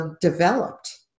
developed